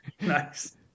Nice